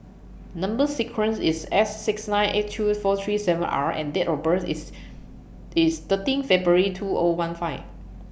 Number sequence IS S six nine eight two four three seven R and Date of birth IS IS thirteen February two O one five